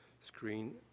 screen